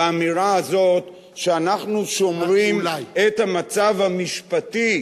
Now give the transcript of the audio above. באמירה הזאת, שאנחנו שומרים את המצב המשפטי